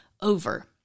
over